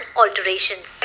alterations